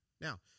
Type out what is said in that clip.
Now